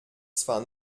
zwar